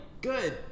good